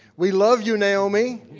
we love you, naomi.